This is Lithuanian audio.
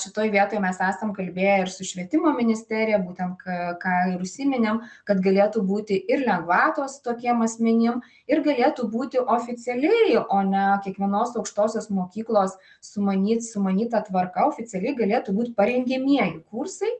šitoj vietoj mes esam kalbėję ir su švietimo ministerija būtent ką ką ir užsiminėm kad galėtų būti ir lengvatos tokiem asmenim ir galėtų būti oficialiai o ne kiekvienos aukštosios mokyklos sumanyt sumanyta tvarka oficialiai galėtų būt parengiamieji kursai